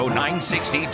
960